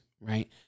right